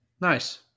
Nice